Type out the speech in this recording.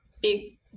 big